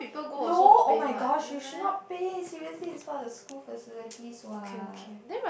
no oh-my-gosh you should not pay seriously it's one of the school facilities what